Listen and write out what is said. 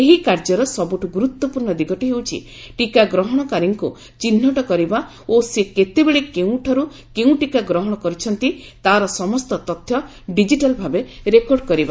ଏହି କାର୍ଯ୍ୟର ସବୁଠୁ ଗୁରୁତ୍ୱପୂର୍ଣ୍ଣ ଦିଗଟି ହେଉଛି ଟୀକା ଗ୍ରହଣକାରୀଙ୍କୁ ଚିହ୍ନଟ କରିବା ଓ ସେ କେତେବେଳେ କେଉଁଠାରୁ କେଉଁ ଟୀକା ଗ୍ରହଣ କରିଛନ୍ତି ତା'ର ସମସ୍ତ ତଥ୍ୟ ଡିଜିଟାଲ୍ ଭାବେ ରେକର୍ଡ଼ କରିବା